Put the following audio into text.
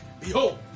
Behold